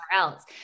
else